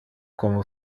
como